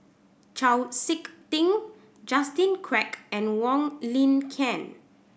Chau Sik Ting Justin Quek and Wong Lin Ken